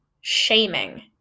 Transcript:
shaming